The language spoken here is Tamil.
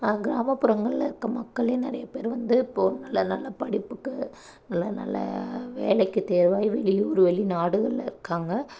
கிராமப்புறங்கள்ல இருக்கிற மக்களே நிறைய பேர் வந்து இப்போ நல்ல நல்ல படிப்புக்கு நல்ல நல்ல வேலைக்கு தேர்வாகி வெளியூர் வெளி நாடுகள்ல இருக்காங்க